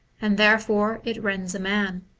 and therefore it rends a man,